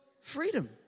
freedom